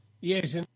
Yes